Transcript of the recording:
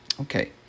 Okay